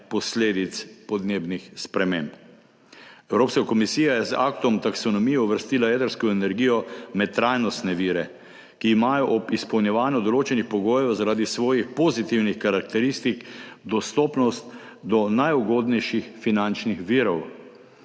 posledic podnebnih sprememb. Evropska komisija je z aktom Taksonomija uvrstila jedrsko energijo med trajnostne vire, ki imajo ob izpolnjevanju določenih pogojev zaradi svojih pozitivnih karakteristik dostopnost do najugodnejših finančnih virov.